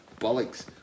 bollocks